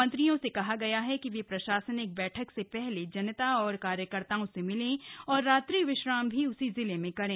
मंत्रियों से कहा गया है कि वे प्रशासनिक बैठक से पहले जनता और कार्यकर्ताओं से मिलें और रात्रि विश्राम भी उसी ज़िले में करें